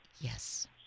Yes